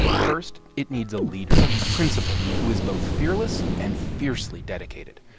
first, it needs a leader, a principal who is both fearless and fiercely dedicated.